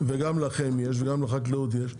וגם לכם יש וגם לחקלאות יש,